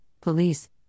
police